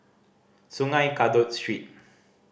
Sungei Kadut Street